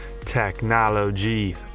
technology